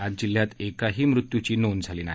आज जिल्ह्यात एकाही मृत्यूची नोंद झालेली नाही